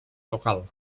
local